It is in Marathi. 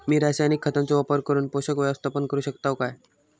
मी रासायनिक खतांचो वापर करून पोषक व्यवस्थापन करू शकताव काय?